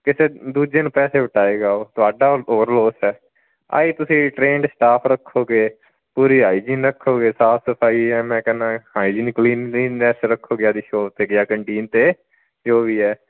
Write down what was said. ਕਿਸੇ ਦੂਜੇ ਨੂੰ ਪੈਸੇ ਵਟਾਏਗਾ ਉਹ ਤੁਹਾਡਾ ਹੋਰ ਲੋਸ ਹੈ ਆਹੀ ਤੁਸੀਂ ਟਰੇਨਡ ਸਟਾਫ ਰੱਖੋਗੇ ਪੂਰੀ ਹਾਈਜੀਨ ਰੱਖੋਗੇ ਸਾਫ ਸਫਾਈ ਹੈ ਮੈਂ ਕਹਿੰਦਾ ਹਾਈਜੀਨ ਕਲੀਨੀਨੈਸ ਰੱਖੋਗੇ ਆਪਦੀ ਸ਼ੋਪ 'ਤੇ ਜਾਂ ਕੰਟੀਨ 'ਤੇ ਅਤੇ ਜੋ ਵੀ ਹੈ